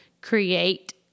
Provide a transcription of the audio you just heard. create